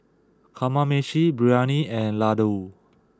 Kamameshi Biryani and Ladoo